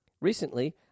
Recently